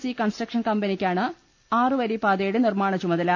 C construction കമ്പനിക്കാണ് ആറുവരി പാതയുടെ നിർമ്മാണ ചുമതല